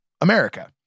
america